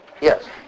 Yes